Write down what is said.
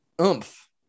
oomph